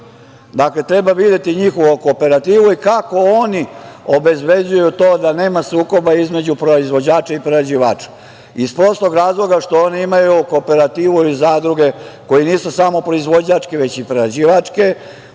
Dakle, treba videti njihovu kooperativu i kako oni obezbeđuju to da nema sukoba između proizvođača i prerađivača iz prostog razloga što oni imaju kooperativu ili zadruge koje nisu samo proizvođačke, već i prerađivačke.